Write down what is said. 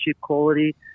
quality